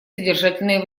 содержательные